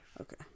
okay